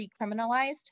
decriminalized